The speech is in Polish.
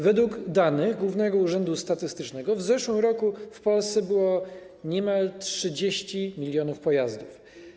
Według danych Głównego Urzędu Statystycznego w zeszłym roku w Polsce było niemal 30 mln pojazdów.